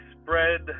Spread